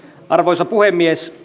arvoisa puhemies